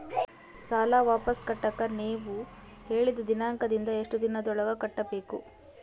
ಸಾಲ ವಾಪಸ್ ಕಟ್ಟಕ ನೇವು ಹೇಳಿದ ದಿನಾಂಕದಿಂದ ಎಷ್ಟು ದಿನದೊಳಗ ಕಟ್ಟಬೇಕು?